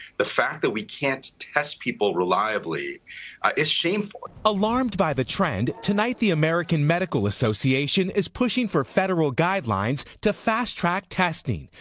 the fact that we can't test people reliably is shameful. reporter alarmed by the trend, tonight the american medical association is pushing for federal guidelines to fast track testing.